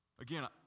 Again